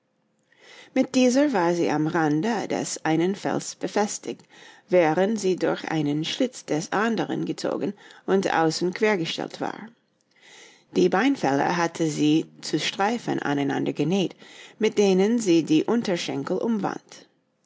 mit dieser war sie am rande des einen fells befestigt während sie durch einen schlitz des anderen gezogen und außen quergestellt war die beinfelle hatte sie zu streifen aneinandergenäht mit denen sie die unterschenkel umwand